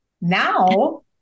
Now